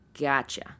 Gotcha